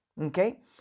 Okay